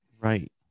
Right